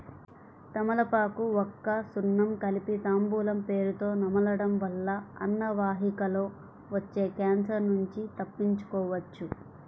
తమలపాకు, వక్క, సున్నం కలిపి తాంబూలం పేరుతొ నమలడం వల్ల అన్నవాహికలో వచ్చే క్యాన్సర్ నుంచి తప్పించుకోవచ్చు